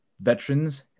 veterans